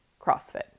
CrossFit